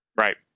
Right